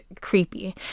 creepy